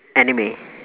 anime